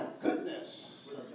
goodness